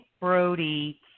Brody